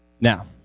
Now